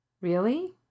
Really